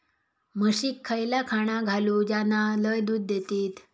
म्हशीक खयला खाणा घालू ज्याना लय दूध देतीत?